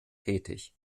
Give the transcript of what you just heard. tätig